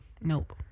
nope